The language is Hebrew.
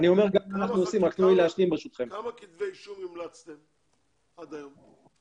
על כמה כתבי אישום המלצתם עד היום?